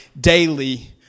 daily